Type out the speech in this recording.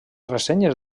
ressenyes